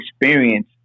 experience